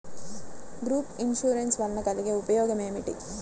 Group insurance వలన కలిగే ఉపయోగమేమిటీ?